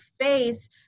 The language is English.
face